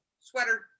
sweater